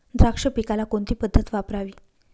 द्राक्ष पिकाला कोणती पद्धत वापरावी?